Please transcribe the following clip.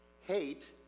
Hate